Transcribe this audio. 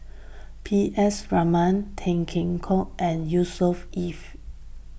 P S Raman Tan Kheam Hock and Yusnor Ef